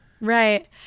Right